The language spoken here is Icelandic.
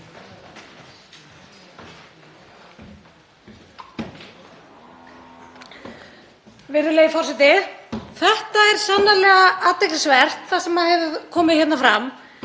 Virðulegi forseti. Það er sannarlega athyglisvert það sem hefur komið hérna fram.